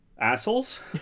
Assholes